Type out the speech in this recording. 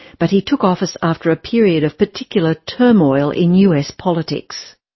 but he took office after a period of particular turmoil in us politics.